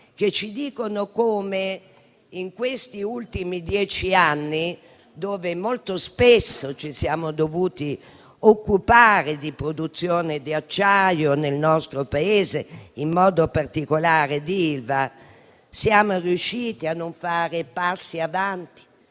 - ci dicono che, in questi ultimi dieci anni, quando molto spesso ci siamo dovuti occupare di produzione di acciaio nel nostro Paese, e in modo particolare di Ilva, siamo riusciti a non fare passi avanti